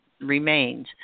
remains